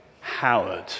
Howard